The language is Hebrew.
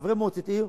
חברי מועצת עיר,